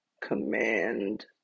Command